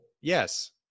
Yes